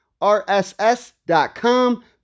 rss.com